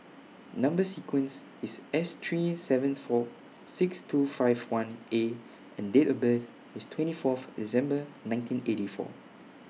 Number sequence IS S three seven four six two five one A and Date of birth IS twenty forth December nineteen eighty four